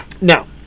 Now